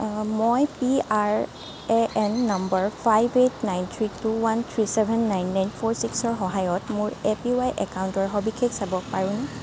অঁ মই P R A N number five eight nine three two one three seven nine nine four ছিক্সৰ সহায়ত মোৰ A P Y একাউণ্টৰ সবিশেষ চাব পাৰোনে